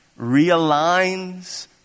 realigns